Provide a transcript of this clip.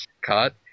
cut